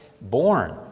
born